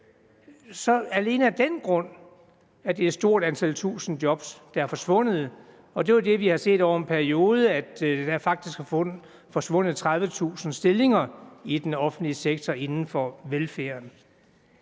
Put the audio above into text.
flere tusinde job er forsvundet alene af den grund. Det er jo det, vi har set over en periode: at der faktisk er forsvundet 30.000 stillinger i den offentlige sektor inden for velfærden.